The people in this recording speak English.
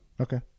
Okay